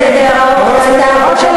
את עוד מעט מדברת.